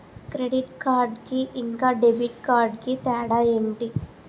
Credit card కి ఇంకా debit card కి తేడా ఏంటి?